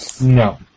No